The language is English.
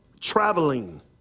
Traveling